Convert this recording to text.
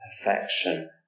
perfection